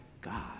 God